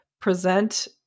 present